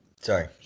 sorry